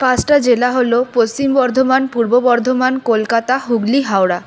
পাঁচটা জেলা হল পশ্চিম বর্ধমান পূর্ব বর্ধমান কলকাতা হুগলি হাওড়া